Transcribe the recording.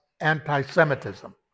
anti-Semitism